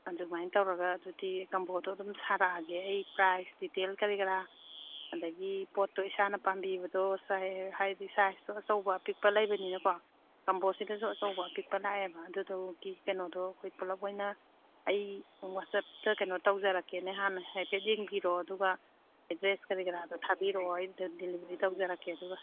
ꯑꯗꯨꯃꯥꯏꯅ ꯇꯧꯔꯒ ꯑꯗꯨꯗꯤ ꯀꯝꯕꯣꯗꯣ ꯑꯗꯨꯝ ꯁꯥꯔꯛꯑꯒꯦ ꯑꯩ ꯄ꯭ꯔꯥꯏꯁ ꯗꯤꯇꯦꯜ ꯀꯔꯤ ꯀꯔꯥ ꯑꯗꯒꯤ ꯄꯣꯠꯇꯣ ꯏꯁꯥꯅ ꯄꯥꯝꯕꯤꯕꯗꯣ ꯍꯥꯏꯗꯤ ꯁꯥꯏꯖꯇꯣ ꯑꯆꯧꯕ ꯑꯄꯤꯛꯄ ꯂꯩꯕꯅꯤꯅꯀꯣ ꯀꯝꯕꯣꯁꯤꯗꯁꯨ ꯑꯆꯧꯕ ꯑꯄꯤꯛꯄ ꯂꯥꯛꯑꯦꯕ ꯑꯗꯨꯗꯣꯒꯤ ꯀꯩꯅꯣꯗꯣ ꯑꯩꯈꯣꯏ ꯄꯨꯂꯞ ꯑꯣꯏꯅ ꯑꯩ ꯋꯥꯆꯞꯇ ꯀꯩꯅꯣ ꯇꯧꯖꯔꯛꯀꯦꯅꯦ ꯍꯥꯟꯅ ꯍꯥꯏꯐꯦꯠ ꯌꯦꯡꯕꯤꯔꯣ ꯑꯗꯨꯒ ꯑꯦꯗ꯭ꯔꯦꯁ ꯀꯔꯤ ꯀꯔꯥꯗꯣ ꯊꯥꯕꯤꯔꯣ ꯑꯩ ꯗꯤꯂꯤꯕꯔꯤ ꯇꯧꯖꯔꯛꯀꯦ ꯑꯗꯨꯒ